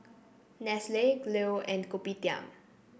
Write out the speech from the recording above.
Nestle Leo and Kopitiam